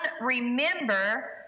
remember